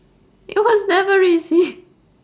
it was never easy